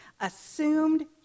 assumed